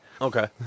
Okay